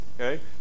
Okay